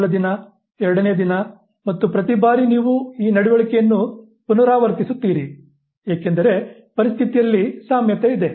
ಮೊದಲ ದಿನ ಎರಡನೇ ದಿನ ಮತ್ತು ಪ್ರತಿ ಬಾರಿ ನೀವು ಈ ನಡವಳಿಕೆಯನ್ನು ಪುನರಾವರ್ತಿಸುತ್ತೀರಿ ಏಕೆಂದರೆ ಪರಿಸ್ಥಿತಿಯಲ್ಲಿ ಸಾಮ್ಯತೆ ಇದೆ